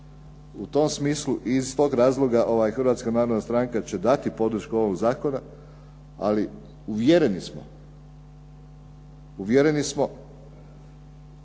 u tom smislu i iz tog razloga Hrvatska narodna stranka će dati podršku ovog zakona, ali uvjereni smo, prije